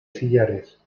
sillares